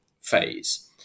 phase